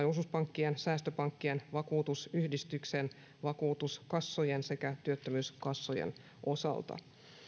osuuspankkien säästöpankkien vakuutusyhdistyksen vakuutuskassojen sekä työttömyyskassojen osalta